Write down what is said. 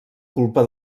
culpa